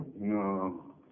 No